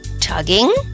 tugging